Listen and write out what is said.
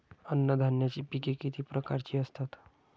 अन्नधान्याची पिके किती प्रकारची असतात?